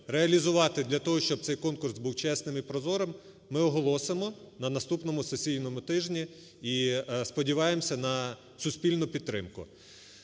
реалізувати для того, щоб цей конкурс був чесним і прозорим, ми оголосимо на наступному сесійному тижні і сподіваємося на суспільну підтримку.